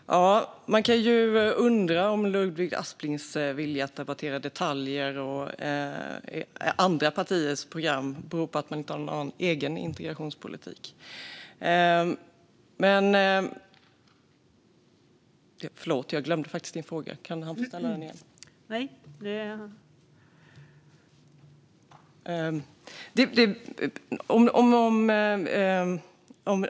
Fru talman! Man kan undra om Ludvig Asplings vilja att debattera detaljer och andra partiers program beror på att man inte har någon egen integrationspolitik. Men - förlåt, jag glömde faktiskt din fråga. Kan han få ställa den igen?